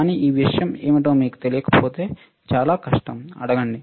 కానీ ఈ విషయం ఏమిటో మీకు తెలియకపోతే చాలా కష్టం అడగండి